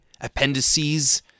Appendices